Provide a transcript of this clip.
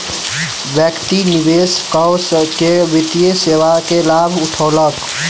व्यक्ति निवेश कअ के वित्तीय सेवा के लाभ उठौलक